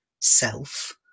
self